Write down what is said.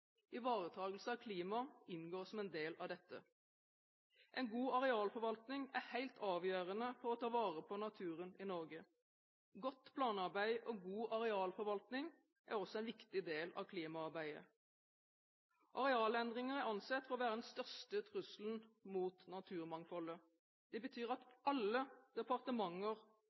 av klima inngår som en del av dette. En god arealforvaltning er helt avgjørende for å ta vare på naturen i Norge. Godt planarbeid og god arealforvaltning er også en viktig del av klimaarbeidet. Arealendringer er ansett for å være den største trusselen mot naturmangfoldet. Dette betyr at alle departementer